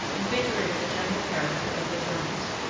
invigorated the general character of the germans,